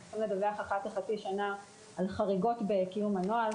הם צריכים לדווח אחת לחצי שנה על חריגות בקיום הנוהל.